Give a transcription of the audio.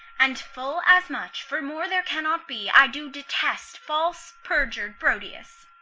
and full as much, for more there cannot be, i do detest false, perjur'd proteus.